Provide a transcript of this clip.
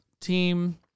team